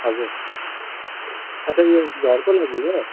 हजुर अच्छा यो घरको लागि हो